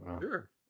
Sure